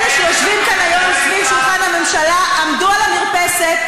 אלה שיושבים כאן היום סביב שולחן הממשלה עמדו על המרפסת,